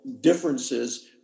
differences